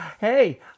Hey